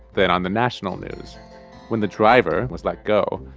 then on the national news when the driver was let go,